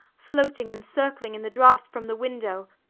floating and circling in the draught from the window,